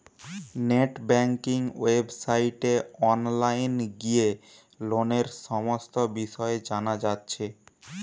net banking ওয়েবসাইটে online গিয়ে লোনের সমস্ত বিষয় জানা যাচ্ছে